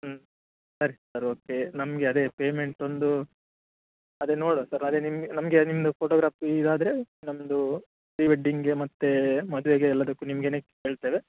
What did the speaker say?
ಹ್ಞೂ ಸರಿ sir okay ನಮಗೆ ಅದೇ ಪೇಮೆಂಟ್ ಒಂದು ಅದೇ ನೋಡುವ ಸರ್ ಅದೇ ನಿಮಗೆ ನಿಮಗೆ ನಿಮ್ಮದು ಫೋಟೋಗ್ರಾಫಿ ಇದಾದರೆ ನಮ್ಮದು ಪ್ರೀ ವೆಡ್ಡಿಂಗ್ಗೆ ಮತ್ತು ಮದುವೆಗೆ ಎಲ್ಲದಕ್ಕೂ ನಿಮಗೇನೆ ಹೇಳ್ತೇವೆ